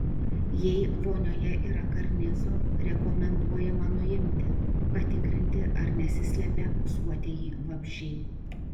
jei vonioje yra karnizų rekomenduojama nuimti patikrinti ar nesislepia ūsuotieji vabzdžiai